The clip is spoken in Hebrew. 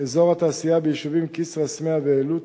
אזורי התעשייה ביישובים כסרא-סמיע ועילוט,